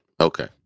Okay